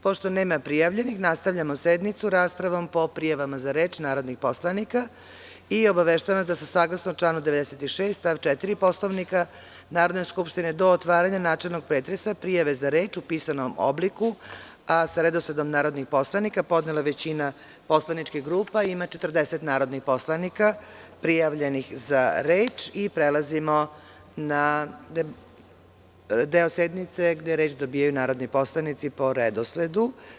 Pošto nema prijavljenih nastavljamo sednicu raspravom po prijavama za reč narodnih poslanika, i obaveštavam vas da su saglasno članu 96. stav 4. Poslovnika Narodne skupštine do otvaranja načelnog pretresa prijave za reč u pisanom obliku, a sa redosledom narodnih poslanika podnele većina poslaničkih grupa, ima 40 narodnih poslanika prijavljenih za reč i prelazimo na deo sednice gde reč dobijaju narodni poslanici po redosledu.